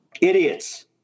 Idiots